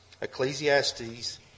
ecclesiastes